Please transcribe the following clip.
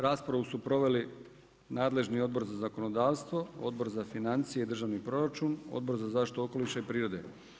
Raspravu su proveli nadležni Odbor za zakonodavstvo, Odbor za financije i državni proračun, Odbor za zaštitu okoliša i prirode.